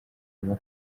rwo